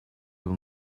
will